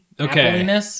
okay